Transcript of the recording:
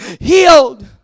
healed